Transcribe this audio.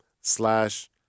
slash